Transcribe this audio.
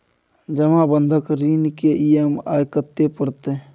जमा बंधक ऋण के ई.एम.आई कत्ते परतै?